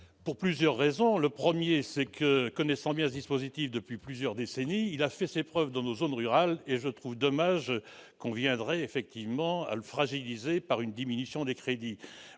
pour plusieurs raisons : le 1er c'est que connaissant bien dispositif depuis plusieurs décennies, il a fait ses preuves dans nos zones rurales et je trouve dommage conviendrait effectivement l'fragilisée par une diminution des crédits